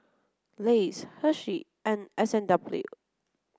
Lays Hershey and S and W